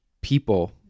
people